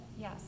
Yes